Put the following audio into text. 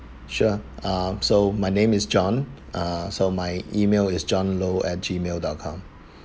sure um so my name is john ah so my email is john low at Gmail dot com